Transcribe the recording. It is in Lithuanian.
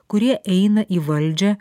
kurie eina į valdžią